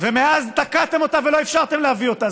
ומאז תקעתם אותה ולא אפשרתם להביא אותה.